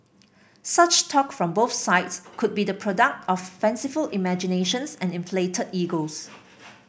such talk from both sides could be the product of fanciful imaginations and inflated egos